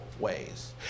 ways